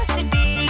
City